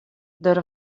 der